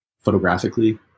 photographically